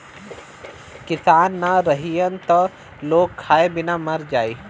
किसान ना रहीहन त लोग खाए बिना मर जाई